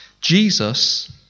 Jesus